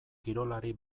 kirolari